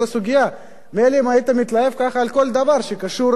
מילא אם היית מתלהב כך על כל דבר שקשור לביצוע החוק.